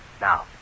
Now